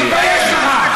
תתבייש לך.